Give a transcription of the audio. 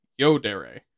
yodere